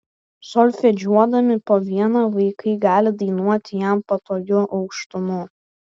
solfedžiuodami po vieną vaikai gali dainuoti jam patogiu aukštumu